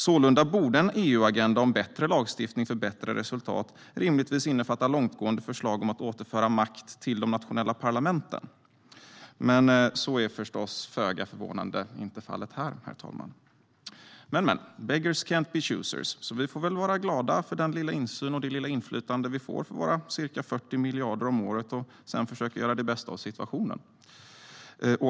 Sålunda borde en EU-agenda om bättre lagstiftning för bättre resultat rimligtvis innefatta långtgående förslag om att återföra makt till de nationella parlamenten. Men så är förstås, föga förvånande, inte fallet här, herr talman. Men, men, beggars can't be choosers, så vi får väl vara glada för den lilla insyn och det lilla inflytande vi får för våra ca 40 miljarder om året och sedan försöka göra det bästa av situationen.